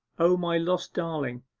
o, my lost darling,